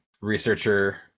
researcher